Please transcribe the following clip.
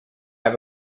have